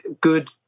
good